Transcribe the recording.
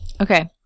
Okay